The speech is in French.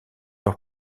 leur